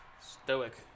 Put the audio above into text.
Stoic